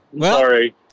Sorry